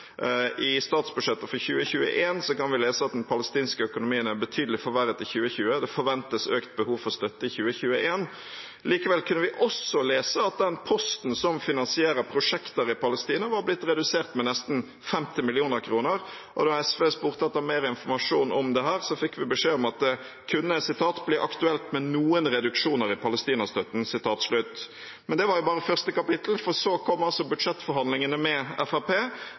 i krise. I statsbudsjettet for 2021 kan vi lese at den palestinske økonomien ble betydelig forverret i 2020; det forventes økt behov for støtte i 2021. Likevel kunne vi også lese at den posten som finansierer prosjekter i Palestina, var blitt redusert med nesten 50 mill. kr, og da SV spurte etter mer informasjon om dette, fikk vi beskjed om at det kunne bli aktuelt med noen reduksjoner i palestinastøtten. Men det var jo bare første kapittel, for så kom altså budsjettforhandlingene med